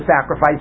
sacrifice